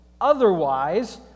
Otherwise